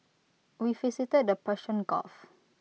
we visited the Persian gulf